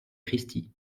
christie